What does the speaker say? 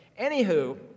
anywho